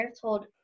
told